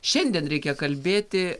šiandien reikia kalbėti